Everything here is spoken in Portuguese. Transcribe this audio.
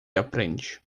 aprende